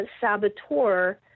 saboteur